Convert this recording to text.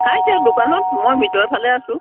খাইছে দোকানত মই ভিতৰফালে আছো